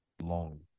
long